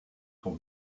sont